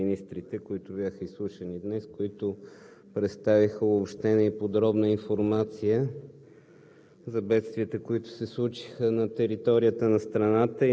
Позволете ми да започна с благодарност към министрите, изслушани днес, които представиха обобщена и подробна информация